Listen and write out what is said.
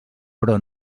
però